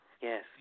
Yes